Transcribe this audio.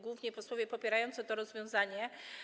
Głównie posłowie popierający to rozwiązanie!